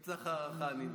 אם צריך הארכה, אני אבקש.